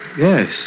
Yes